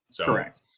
Correct